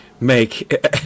make